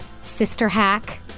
sister-hack